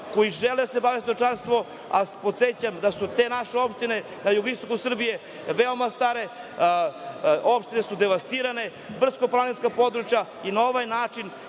koji žele da se bave stočarstvom, a podsećam da su te naše opštine na jugoistoku Srbije veoma stare, opštine su devastirane, brdsko-planinska područja, na ovaj način